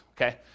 okay